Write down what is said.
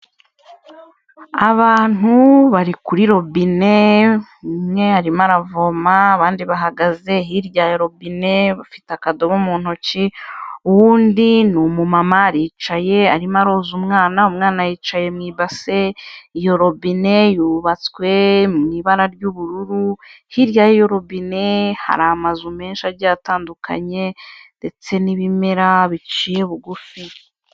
Abantu bari kuri robine umwe arimo aravoma abandi bahagaze hirya ya robine bafite akadobo mu ntoki, uwundi ni umu mama aricaye arimo aroza umwana, umwana yicaye mu ibase, iyo robine yubatswe mu ibara ry'ubururu, hirya y'iyo robine hari amazu menshi agiye atandukanye ndetse n'ibimera biciye bugufi.